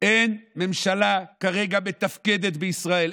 אין כרגע ממשלה מתפקדת בישראל.